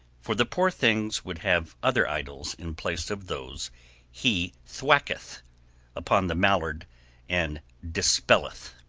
for the poor things would have other idols in place of those he thwacketh upon the mazzard and dispelleth.